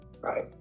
right